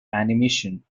animation